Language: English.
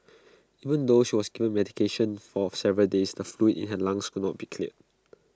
even though she was given medication for several days the fluid in her lungs could not be cleared